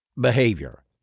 behavior